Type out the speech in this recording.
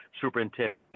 superintendent